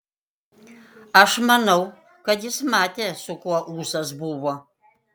aš manau kad jis matė su kuo ūsas buvo